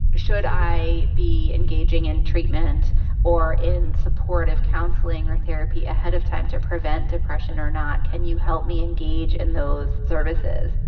should i be engaging in treatment or in supportive counselling or therapy ahead of time to prevent depression or not? can you help me engage in those services?